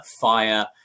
fire